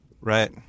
Right